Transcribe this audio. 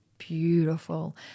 beautiful